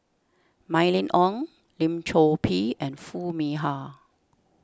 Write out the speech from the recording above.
Mylene Ong Lim Chor Pee and Foo Mee Har